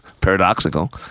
paradoxical